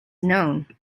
known